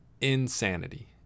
insanity